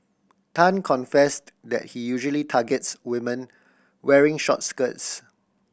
Tan confessed that he usually targets women wearing short skirts